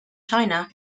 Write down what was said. china